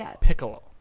Piccolo